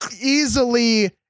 easily